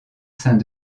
saint